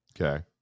okay